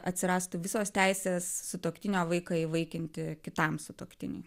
atsirastų visos teisės sutuoktinio vaiką įvaikinti kitam sutuoktiniui